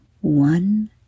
one